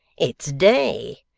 it's day.